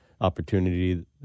opportunity